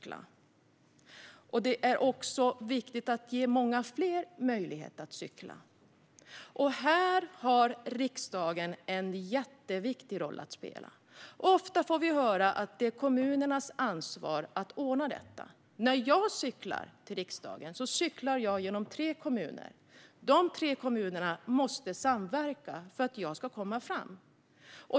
Det är också viktigt att ge många fler möjlighet att cykla. Här har riksdagen en jätteviktig roll att spela. Ofta får man höra att det är kommunernas ansvar att ordna sådana möjligheter. När jag cyklar till riksdagen cyklar jag genom tre kommuner. Dessa tre kommuner måste samverka för att jag ska komma fram.